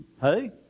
Hey